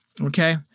Okay